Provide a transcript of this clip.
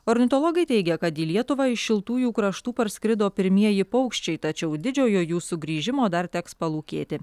ornitologai teigia kad į lietuvą iš šiltųjų kraštų parskrido pirmieji paukščiai tačiau didžiojo jų sugrįžimo dar teks palūkėti